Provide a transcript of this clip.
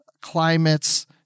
climates